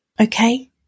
Okay